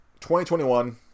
2021